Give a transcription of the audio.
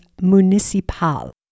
municipal